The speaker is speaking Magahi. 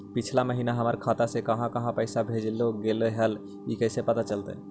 पिछला महिना हमर खाता से काहां काहां पैसा भेजल गेले हे इ कैसे पता चलतै?